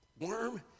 worm